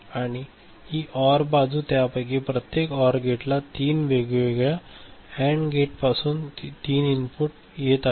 आणि ही ऑर बाजू त्यापैकी प्रत्येक ऑर गेटला तीन वेगवेगळ्या अँड गेट्सपासून तीन इनपुट येत आहेत